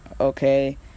Okay